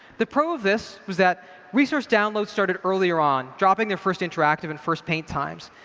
the pro of this was that resource downloads started earlier on, dropping their first interactive and first paint times.